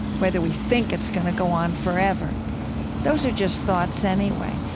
whether we think it's going to go on forever those are just thoughts anyway.